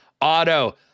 auto